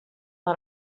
let